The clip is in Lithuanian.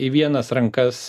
į vienas rankas